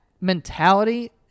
mentality